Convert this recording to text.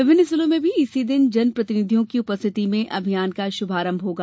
विभिन्न जिलों में भी इसी दिन जन प्रतिनिधियों की उपस्थिति में अभियान का शुभारंभ होगा